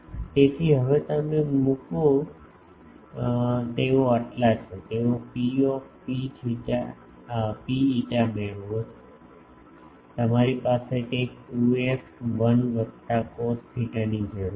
તેથી હવે તમે તે મૂકો તેઓ આટલા છે તો Pρ φ મેળવો તમારી પાસે કંઈક 2f 1 વત્તા કોસ થીટાની જરૂર છે